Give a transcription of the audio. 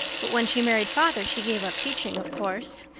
but when she married father she gave up teaching, of course.